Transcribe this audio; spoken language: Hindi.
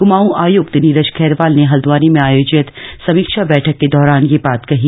क्मांऊ आयक्त नीरज खैरवाल ने हल्द्वानी में आयोजित समीक्षा बैठक के दौरान यह बात कही